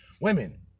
Women